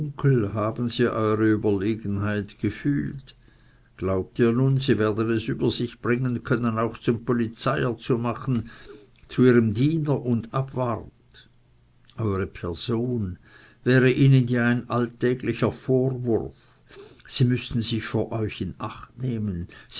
haben sie euere überlegenheit gefühlt glaubt ihr nun sie werden es über sich bringen können euch zum polizeier zu machen zu ihrem diener und abwart eure person wäre ihnen ja ein täglicher vorwurf sie müßten sich vor euch in acht nehmen